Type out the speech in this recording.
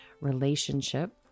relationship